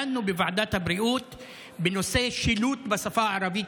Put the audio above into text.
דנו בוועדת הבריאות בנושא שילוט בשפה הערבית